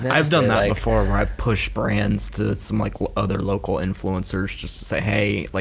and i've done that before where i've pushed brands to some like other local influencers just to say, hey, like